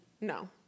No